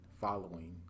following